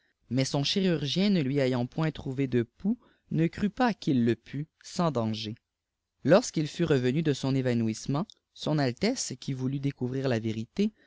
jriais son chirurgien ne lui ayant point trouvé de pouls ne crut pas qu il le pût sans danger lorsqu'il fut revenu de son évanouissement son altesse qui voulut découvrir la vérité